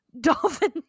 dolphin